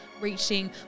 reaching